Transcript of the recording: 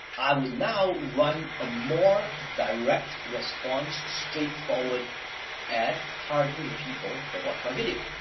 i will now run a more direct response straightforward ad targeting the people that watch my video.